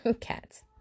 Cats